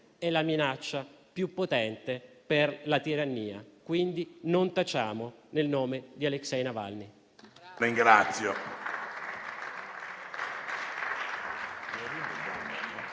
è la minaccia più potente per la tirannia. Quindi non tacciamo, nel nome di Aleksej Navalny.